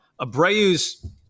Abreu's